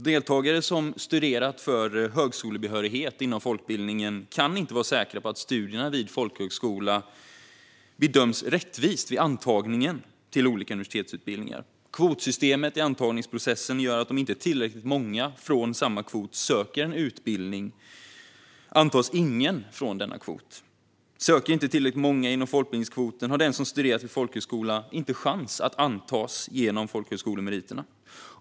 Deltagare som har studerat för högskolebehörighet inom folkbildningen kan inte vara säkra på att studierna vid folkhögskola bedöms rättvist vid antagningen till olika universitetsutbildningar. Kvotsystemet i antagningsprocessen gör att om inte tillräckligt många från samma kvot söker en utbildning antas ingen från denna kvot. Söker inte tillräckligt många inom folkbildningskvoten har den som har studerat vid folkhögskola ingen chans att antas på basis av sina folkhögskolemeriter.